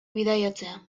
bidaiatzea